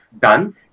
done